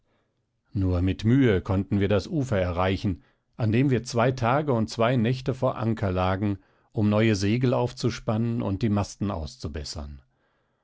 nur mit mühe konnten wir das ufer erreichen an dem wir zwei tage und zwei nächte vor anker lagen um neue segel aufzuspannen und die masten auszubessern